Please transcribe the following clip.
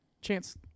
Chance